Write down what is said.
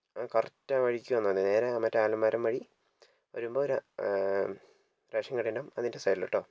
correct ആ വഴിക്ക് വന്നാൽ മതി നേരെ മറ്റെ ആ ആൽമരം വഴി വരുമ്പോൾ ഒരു റേഷൻകട ഉണ്ടാകും അതിൻ്റെ സൈടിലിട്ടോ